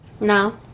No